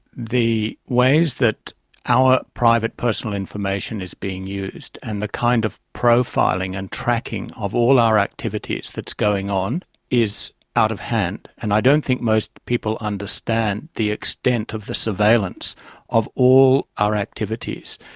the ways that our private personal information is being used and the kind of profiling and tracking of all our activities that's going on is out of hand and i don't think most people understand the extent of the surveillance of all our activities.